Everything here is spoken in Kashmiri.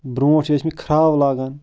برٛونٹھ چھِ ٲسمتۍ کھرٛاو لاگن